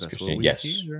Yes